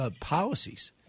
policies